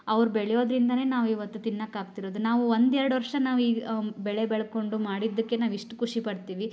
ಅವ್ರು ಬೆಳೆಯೋದ್ರಿಂದಲೇ ನಾವು ಇವತ್ತು ತಿನ್ನೋಕೆ ಆಗ್ತಿರೋದು ನಾವು ಒಂದು ಎರ್ಡು ವರ್ಷ ನಾವು ಈ ಬೆಳೆ ಬೆಳ್ಕೊಂಡು ಮಾಡಿದ್ದಕ್ಕೆ ನಾವು ಇಷ್ಟು ಖುಷಿ ಪಡ್ತೀವಿ